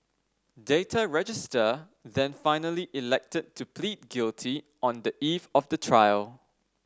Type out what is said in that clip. Data Register then finally elected to plead guilty on the eve of the trial